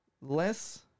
less